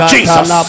Jesus